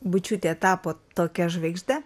bučiūtė tapo tokia žvaigžde